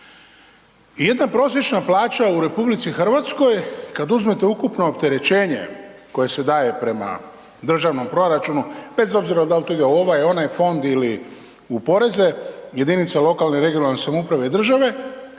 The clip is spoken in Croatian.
I jedna prosječna plaća u RH kad uzmete ukupno opterećenje koje se daje prema državnom proračunu bez obzira da li to ide u ovaj, onaj fond ili u poreze jedinica lokalne i regionalne samouprave i države